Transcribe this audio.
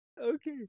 Okay